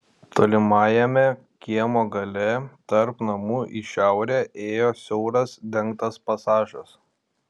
tolimajame kiemo gale tarp namų į šiaurę ėjo siauras dengtas pasažas